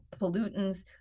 pollutants